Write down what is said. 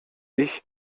ich